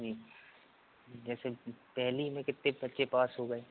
जी जैसे पहली में कितने बच्चे पास हो गए